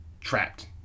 trapped